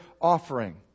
offering